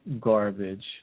garbage